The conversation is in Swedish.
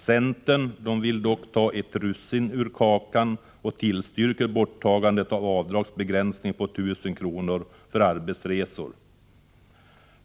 Centern vill dock ta ett russin ur kakan och tillstyrker borttagandet av avdragsbegränsningen på 1 000 kr. för arbetsresor.